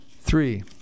Three